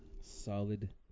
Solid